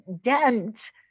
dent